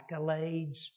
accolades